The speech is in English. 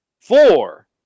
four